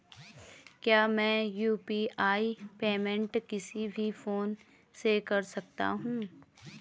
क्या मैं UPI payment किसी भी फोन से कर सकता हूँ?